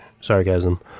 Sarcasm